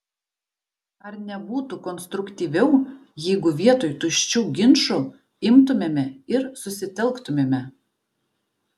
ar nebūtų konstruktyviau jeigu vietoj tuščių ginčų imtumėme ir susitelktumėme